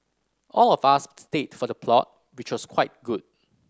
all of us stayed for the plot which was quite good